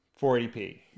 480p